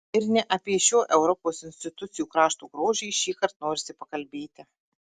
ir ne apie šio europos institucijų krašto grožį šįkart norisi pakalbėti